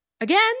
again